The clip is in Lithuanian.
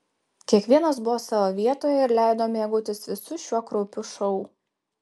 kiekvienas buvo savo vietoje ir leido mėgautis visu šiuo kraupiu šou